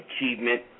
achievement